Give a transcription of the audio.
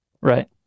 Right